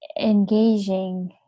engaging